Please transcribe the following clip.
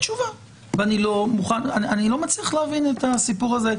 אני לא מצליח להבין את הסיפור הזה.